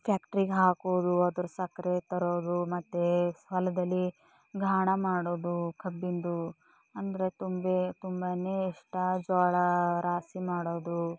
ಫ್ಯಾಕ್ಟ್ರಿಗೆ ಹಾಕೋದು ಅದ್ರ ಸಕ್ಕರೆ ತರೋದು ಮತ್ತು ಹೊಲದಲ್ಲಿ ಘಾಣ ಮಾಡೋದು ಕಬ್ಬಿಂದು ಅಂದರೆ ತುಂಬೆ ತುಂಬನೇ ಇಷ್ಟ ಜೋಳ ರಾಶಿ ಮಾಡೋದು